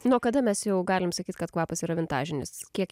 nuo kada mes jau galim sakyt kad kvapas yra vintažinis kiek